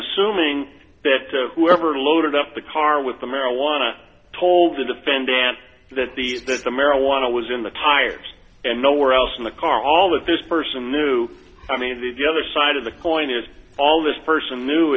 assuming that whoever loaded up the car with the marijuana told to defend and that the that the marijuana was in the tires and nowhere else in the car all that this person knew i mean the the other side of the coin is all this person